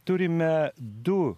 turime du